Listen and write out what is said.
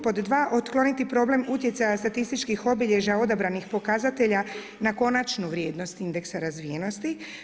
Pod dva, otkloniti problem utjecaja statističkih obilježja odabranih pokazatelja na konačnu vrijednost indeksa razvijenosti.